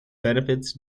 benefits